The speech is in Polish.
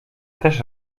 też